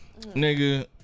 Nigga